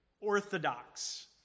orthodox